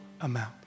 amount